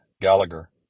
Gallagher